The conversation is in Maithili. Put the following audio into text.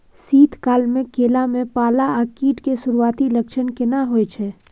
शीत काल में केला में पाला आ कीट के सुरूआती लक्षण केना हौय छै?